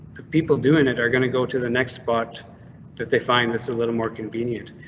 people doing it are going to go to the next spot that they find. that's a little more convenient,